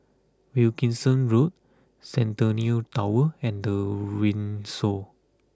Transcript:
Wilkinson Road Centennial Tower and The Windsor